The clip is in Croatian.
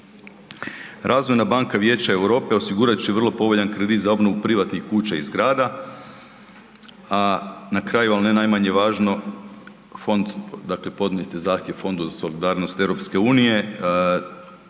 Razvojna banka Vijeća Europe osigurat će vrlo povoljan kredit za obnovu privatnih kuća i zgrada, a na kraju, ali ne najmanje važno, fond, dakle podnijet je zahtjev Fondu za solidarnost EU-e,